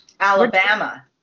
Alabama